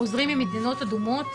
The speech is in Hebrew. חוזרים ממדינות אדומות,